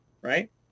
right